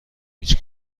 هیچ